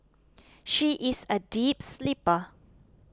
she is a deep sleeper